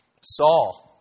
Saul